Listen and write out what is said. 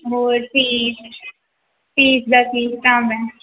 ਹੋਰ fees fees ਦਾ ਕੀ ਹਿਸਾਬ ਹੈ